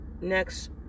next